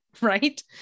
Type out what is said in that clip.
right